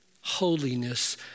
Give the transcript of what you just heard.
holiness